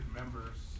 members